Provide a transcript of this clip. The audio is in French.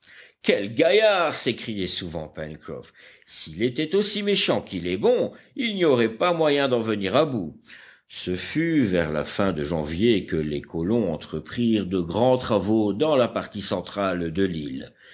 quel gaillard s'écriait souvent pencroff s'il était aussi méchant qu'il est bon il n'y aurait pas moyen d'en venir à bout ce fut vers la fin de janvier que les colons entreprirent de grands travaux dans la partie centrale de l'île